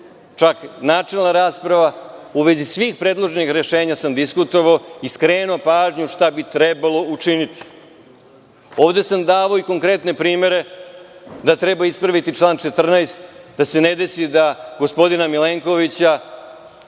čak načelna rasprava u vezi svih predloženih rešenja sam diskutovao i skrenuo pažnju šta bi trebalo učiniti. Ovde sam davao i konkretne primere, da treba ispraviti član 14, da se ne desi da gospodina Milenkovića,